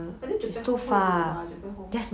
but then japan home